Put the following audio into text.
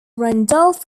randolph